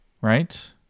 right